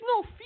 no